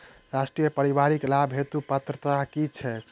राष्ट्रीय परिवारिक लाभ हेतु पात्रता की छैक